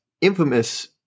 infamous